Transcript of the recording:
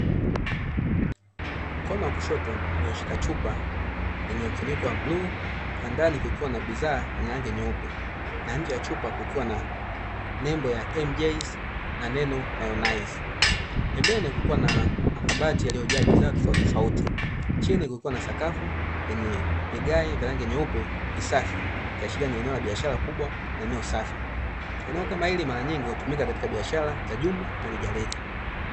Mkono wa kushoto ulioshika chupa ya bluu na ndani Kuna bidhaa yenye rangi nyeupe na nje ya chupa kukiwa na nembo ya( m.j) neno mayonize .pembeni kukiwa na makabati yaliyojaa bidhaa tofauti tofauti, chini kukiwa sakafu yenye rangi nyeupe safi ikiashiria eneo la biashara kubwa , eneo safi, eneo kama hili mara nyingi hutumika katika biashara za jumla na rejareja.